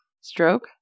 stroke